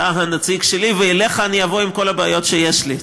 אתה הנציג שלי, ואליך אבוא עם כל הבעיות שיש לי.